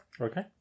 Okay